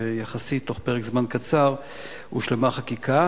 ויחסית בתוך פרק זמן קצר הושלמה חקיקה,